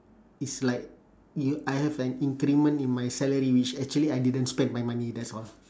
it's like you I have an increment in my salary which actually I didn't spend my money that's all